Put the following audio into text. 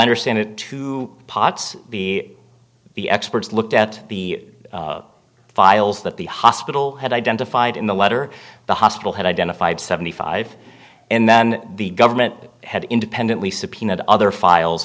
understand it to potts be the experts looked at the files that the hospital had identified in the letter the hospital had identified seventy five and then the government had independently subpoenaed other files